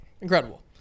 Incredible